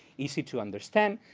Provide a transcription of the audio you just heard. easy to understand.